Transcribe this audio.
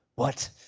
what?